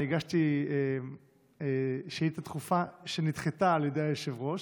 אני הגשתי שאילתה דחופה שנדחתה על ידי היושב-ראש,